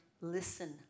Listen